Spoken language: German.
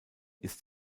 ist